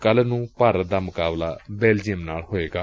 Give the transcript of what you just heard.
ਕੱਲ੍ ਨੰ ਭਾਰਤ ਦਾ ਮੁਕਾਬਲਾ ਬੈਲਜੀਅਮ ਨਾਲ ਹੋਵੇਗਾ